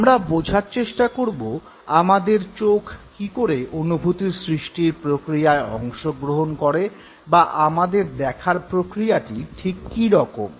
আমরা বোঝার চেষ্টা করব আমাদের চোখ কী করে অনুভূতি সৃষ্টির প্রক্রিয়ায় অংশগ্রহণ করে বা আমাদের দেখার প্রক্রিয়াটি ঠিক কীরকম